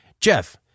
Jeff